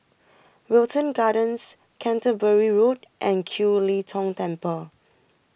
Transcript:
Wilton Gardens Canterbury Road and Kiew Lee Tong Temple